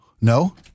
No